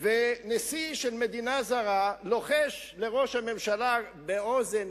ונשיא של מדינה זרה לוחש לראש הממשלה באוזן